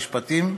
"המשפטים.